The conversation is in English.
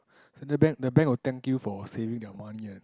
so the bank the bank will thank you for saving their money and